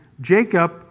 Jacob